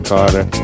Carter